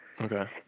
Okay